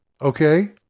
Okay